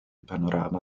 panorama